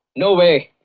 no way!